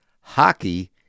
hockey